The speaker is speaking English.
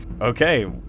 Okay